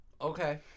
Okay